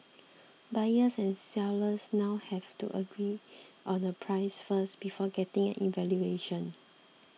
buyers and sellers now have to agree on a price first before getting an evaluation